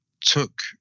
took